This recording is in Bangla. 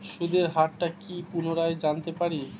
সুদের হার টা কি পুনরায় জানতে পারি?